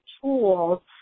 tools